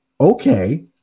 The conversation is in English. Okay